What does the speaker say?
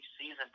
season